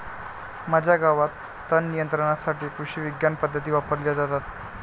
माझ्या गावात तणनियंत्रणासाठी कृषिविज्ञान पद्धती वापरल्या जातात